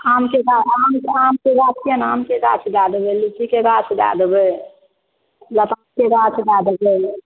आमके गाछ किया नहि आमके गाछ दए देबै लीचीके गाछ दए देबै लतामके गाछ दए देबै